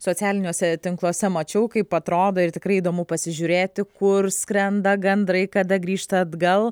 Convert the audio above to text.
socialiniuose tinkluose mačiau kaip atrodo ir tikrai įdomu pasižiūrėti kur skrenda gandrai kada grįžta atgal